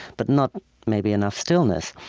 but not maybe enough stillness.